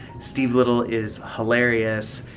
steve little is hilarious.